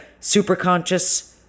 superconscious